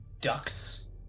ducks